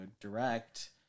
direct